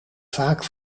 vaak